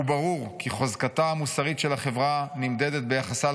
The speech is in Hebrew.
וברור כי חוזקה המוסרי של החברה נמדדת ביחסה